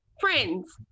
friends